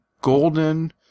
Golden